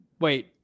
Wait